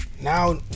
Now